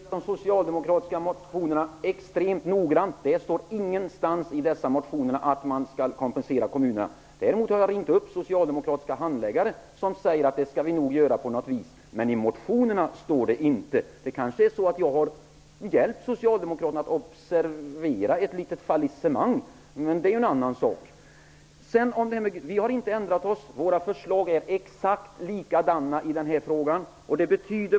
Herr talman! För det första har jag studerat de socialdemokratiska motionerna extremt noggrant. Det står ingenstans i dessa motioner att man skall kompensera kommunerna. Jag har ringt upp socialdemokratiska handläggare, som sagt att man nog på något viss skall kompensera för detta, men det står ingenting om detta i motionerna. Jag har kanske hjälpt socialdemokraterna att bli medvetna om ett litet fallisemang på den punkten. Vi har vidare inte ändrat oss. Våra förslag är helt oförändrade i denna fråga.